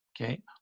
Okay